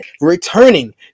returning